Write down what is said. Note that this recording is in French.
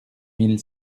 mille